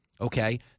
Okay